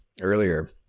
earlier